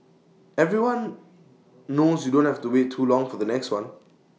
everyone knows you don't have to wait too long for the next one